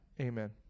Amen